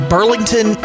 Burlington